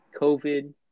COVID